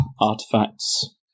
artifacts